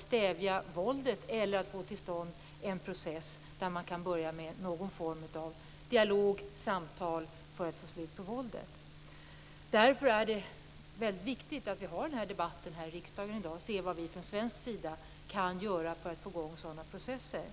stävja våldet eller få till stånd en process där man kan börja med någon form av dialog för att få slut på våldet. Därför är det viktigt att vi för den här debatten i kammaren i dag för att se vad vi från svensk sida kan göra för att få i gång sådana processer.